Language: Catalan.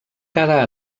cada